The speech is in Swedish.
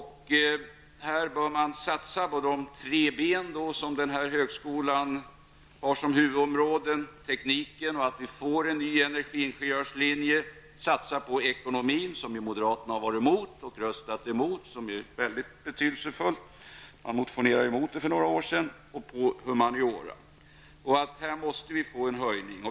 Här bör man satsa på de tre ben som högskolan i Västerås/Eskilstuna har som huvudområden: teknik, ekonomi och humaniora. Det är viktigt att få en flygingenjörslinje där. Det är viktigt att satsa på ekonomi, som ni moderater har varit emot och röstat emot men som är väldigt betydelsefull. Ni moderater var emot det för några år sedan. Anslaget måste höjas.